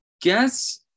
guess